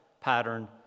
pattern